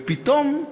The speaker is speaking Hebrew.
ופתאום,